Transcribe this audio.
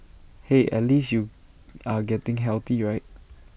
hey at least you are getting healthy right